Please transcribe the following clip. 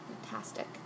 Fantastic